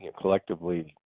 collectively